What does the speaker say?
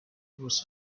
was